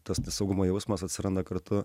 tas nesaugumo jausmas atsiranda kartu